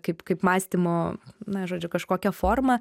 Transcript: kaip kaip mąstymo na žodžiu kažkokią formą